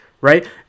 Right